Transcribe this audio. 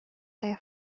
they